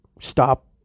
stop